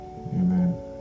amen